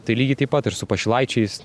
tai lygiai taip pat ir su pašilaičiais